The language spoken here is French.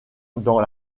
dans